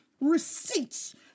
receipts